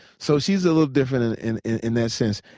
so she's a little different in in that sense.